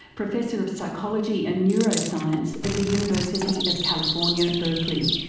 professor of psychology and neuroscience at the university of california, berkeley.